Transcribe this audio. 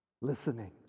listening